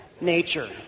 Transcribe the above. nature